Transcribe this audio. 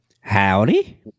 Howdy